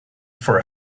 for